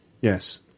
Yes